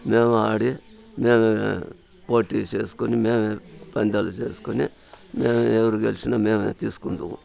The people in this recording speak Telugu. మేము ఆడి మేమే పోటీ చేసుకొని మేమే పంద్యాలు చేసుకొని మేమే ఎవరు గెలిచిన మేమే తీసుకుంటాము